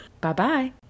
Bye-bye